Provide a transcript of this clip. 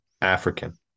african